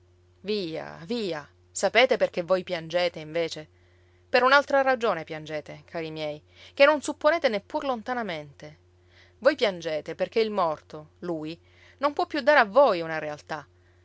via via sapete perché voi piangete invece per un'altra ragione piangete cari miei che non supponete neppur lontanamente voi piangete perché il morto lui non può più dare a voi una realtà